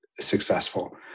successful